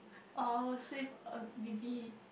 oh I would save uh maybe